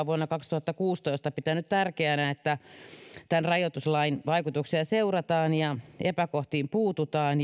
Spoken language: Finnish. vuonna kaksituhattakuusitoista pitänyt tärkeänä että tämän rajoituslain vaikutuksia seurataan ja epäkohtiin puututaan